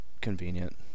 convenient